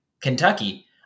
Kentucky